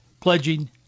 pledging